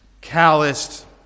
calloused